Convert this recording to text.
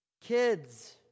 Kids